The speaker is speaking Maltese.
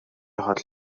ħadd